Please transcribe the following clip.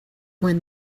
when